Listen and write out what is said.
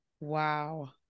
Wow